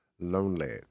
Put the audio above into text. Lonely